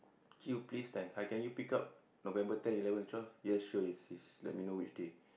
queue please thanks hi can you pick up November ten eleven and twelve yes sure it's it's let me know which day